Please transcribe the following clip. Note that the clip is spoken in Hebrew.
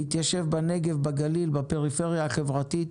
להתיישב בנגב, בגליל, בפריפריה החברתית.